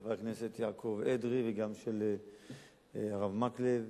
חבר הכנסת יעקב אדרי וגם של הרב מקלב.